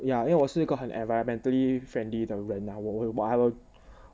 ya 因为我是一个很 environmentally friendly 的人 lah 我会 what